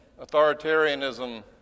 authoritarianism